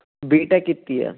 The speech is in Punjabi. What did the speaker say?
ਬੀਟੈਕ ਕੀਤੀ ਹੈ